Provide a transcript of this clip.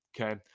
Okay